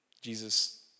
Jesus